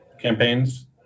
campaigns